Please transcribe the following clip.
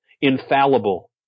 infallible